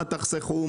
מה תחסכו,